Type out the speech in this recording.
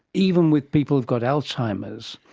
even with people who've got alzheimer's,